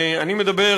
אני מדבר,